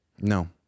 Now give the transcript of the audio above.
No